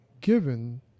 given